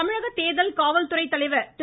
தமிழக தேர்தல் காவல்துறை தலைவர் திரு